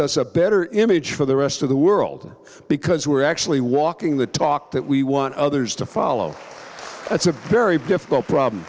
us a better image for the rest of the world because we're actually walking the talk that we want others to follow it's a very difficult problem